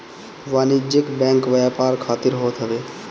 वाणिज्यिक बैंक व्यापार खातिर होत हवे